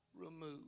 remove